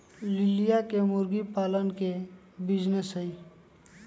लिलिया के मुर्गी पालन के बिजीनेस हई